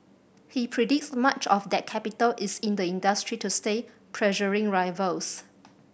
he predicts much of that capital is in the industry to stay pressuring rivals